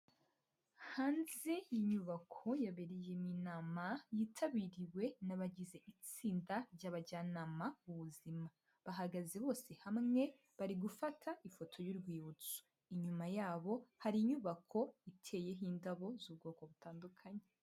Hanze y'inyubako yabereyemo inama yitabiriwe n'abagize itsinda ry'abajyanama b'ubuzima, bahagaze bose hamwe bari gufata ifoto y'urwibutso, inyuma yabo hari inyubako iteyeho indabo z'ubwoko butandukanye.